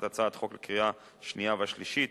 הצעת החוק לקריאה השנייה ולקריאה השלישית